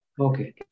Okay